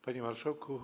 Panie Marszałku!